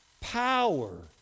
power